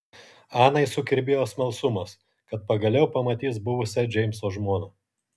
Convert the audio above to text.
anai sukirbėjo smalsumas kad pagaliau pamatys buvusią džeimso žmoną